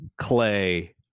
Clay